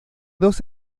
dos